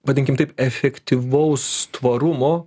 vadinkim taip efektyvaus tvarumo